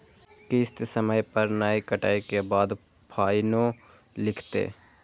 किस्त समय पर नय कटै के बाद फाइनो लिखते?